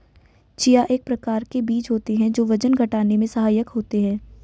chia एक प्रकार के बीज होते हैं जो वजन घटाने में सहायक होते हैं